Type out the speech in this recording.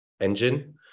engine